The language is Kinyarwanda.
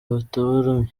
bataramye